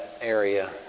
area